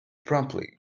promptly